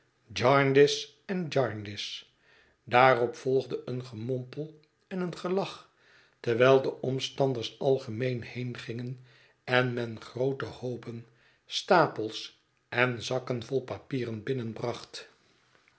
jarndyce en jarndyce daarop volgde een gemompel en een gelach terwijl de omstanders algemeen heengingen en men groote hoopen stapels en zakken vol papieren